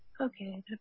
Okay